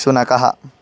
शुनकः